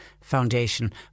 Foundation